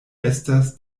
estas